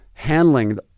handling